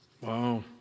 Wow